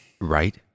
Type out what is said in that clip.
Right